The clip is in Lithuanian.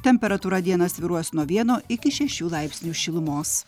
temperatūra dieną svyruos nuo vieno iki šešių laipsnių šilumos